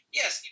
yes